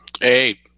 Hey